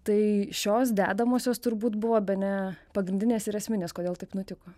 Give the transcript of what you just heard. tai šios dedamosios turbūt buvo bene pagrindinės ir esminės kodėl taip nutiko